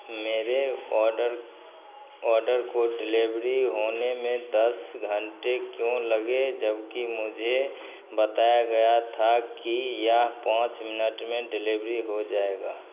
मेरे order order को delivery होने में दस घंटे क्यों लगे जबकि मुझे बताया गया था कि यह पाँच मिनट में डिलीवरी हो जाएगा